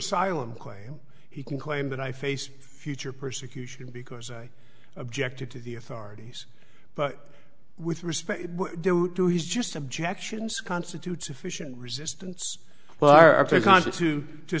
asylum claim he can claim that i face future persecution because i objected to the authorities but with respect to his just objections constitute sufficient resistance well are they constitute to